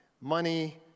money